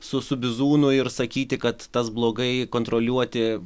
su bizūnu ir sakyti kad tas blogai kontroliuoti